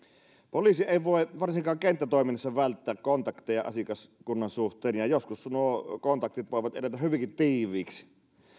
poliisi ei voi varsinkaan kenttätoiminnassa välttää kontakteja asiakaskunnan suhteen ja joskus nuo kontaktit voivat edetä hyvinkin tiiviiksi